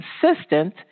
consistent